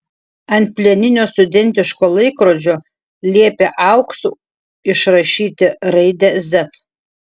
ant plieninio studentiško laikrodžio liepė auksu išrašyti raidę z